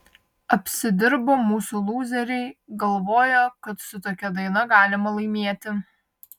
apsidirbo mūsų lūzeriai galvojo kad su tokia daina galima laimėti